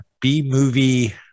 B-movie